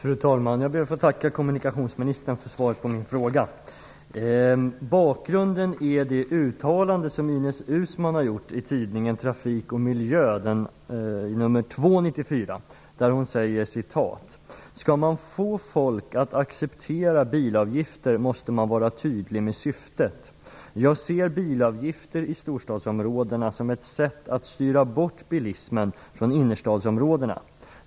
Fru talman! Jag ber att få tacka kommunikationsministern för svaret på min fråga. Bakgrunden till frågan är det uttalande som Ines Uusmann har gjort i tidningen Trafik och Miljö, nr 2/94. Hon säger: Ska man få folk att acceptera bilavgifter, måste man vara tydlig med syftet. Jag ser bilavgifter i storstadsområdena som ett sätt att styra bort bilismen från innerstadsområdena.